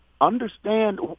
Understand